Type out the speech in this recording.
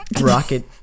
rocket